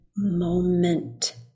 moment